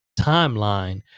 timeline